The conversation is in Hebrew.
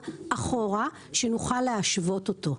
שנוכל להשוות אותו.